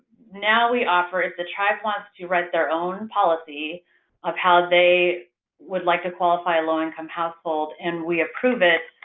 now, we offer if the tribe wants to write their own policy of how they would like to qualify a low-income household, and we approve it,